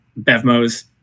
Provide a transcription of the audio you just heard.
BevMo's